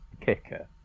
kicker